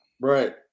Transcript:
Right